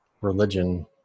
religion